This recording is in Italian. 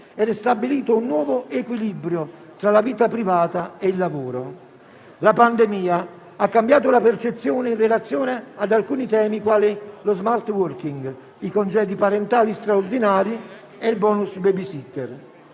e stabilito un nuovo equilibrio tra la vita privata e il lavoro. La pandemia ha cambiato la percezione in relazione ad alcuni temi quali lo *smart working,* i congedi parentali straordinari e il *bonus baby-sitting.*